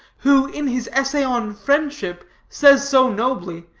who, in his essay on friendship, says so nobly,